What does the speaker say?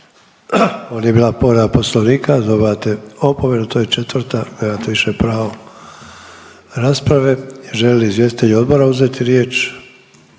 Ovdje je bila povreda Poslovnika, dobivate opomenu, to je četvrta nemate više pravo rasprave. Žele li izvjestitelji odbora uzeti riječ?